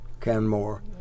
Canmore